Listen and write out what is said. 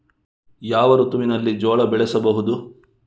ಯಾವ ಋತುವಿನಲ್ಲಿ ಜೋಳ ಬೆಳೆಸಬಹುದು?